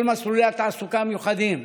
מסלולי התעסוקה המיוחדים,